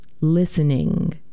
listening